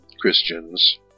Christians